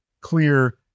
clear